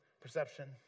perception